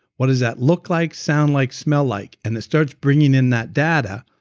what does that look like, sound like, smell like, and it starts bringing in that data.